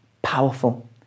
Powerful